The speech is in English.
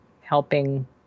helping